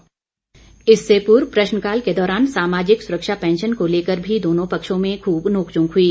प्रश्नकाल इससे पूर्व प्रश्नकाल के दौरान सामाजिक सुरक्षा पैंशन को लेकर भी दोनों पक्षों में खूब नोकझोंक हई